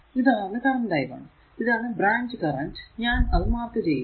ഇതാണ് current i 1 ഇതാണ് branch current ഞാൻ അത് മാർക്ക് ചെയ്യുന്നു